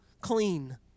Clean